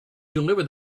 deliver